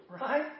Right